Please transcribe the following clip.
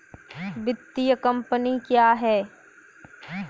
वित्तीय कम्पनी क्या है?